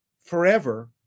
forever